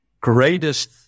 greatest